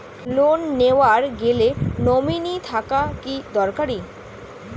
Loan নেওয়ার গেলে nominee থাকা কি দরকারী?